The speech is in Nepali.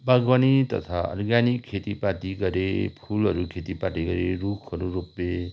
बागवानी तथा अर्ग्यानिक खेतीपाती गरे फुलहरू खेतीपाती गरे रुखहरू रोपे